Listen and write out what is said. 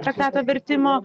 traktato vertimo